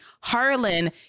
Harlan